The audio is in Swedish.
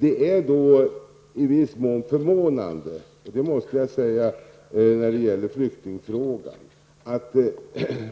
Det är i viss mån förvånande beträffande flyktingfrågorna att